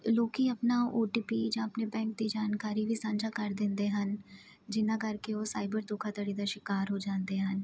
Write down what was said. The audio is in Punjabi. ਲੋਕੀ ਆਪਣਾ ਓਟੀਪੀ ਜਾਂ ਆਪਣੇ ਬੈਂਕ ਦੀ ਜਾਣਕਾਰੀ ਵੀ ਸਾਂਝਾ ਕਰ ਦਿੰਦੇ ਹਨ ਜਿਹਨਾਂ ਕਰਕੇ ਉਹ ਸਾਈਬਰ ਧੋਖਾਧੜੀ ਦਾ ਸ਼ਿਕਾਰ ਹੋ ਜਾਂਦੇ ਹਨ